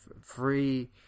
free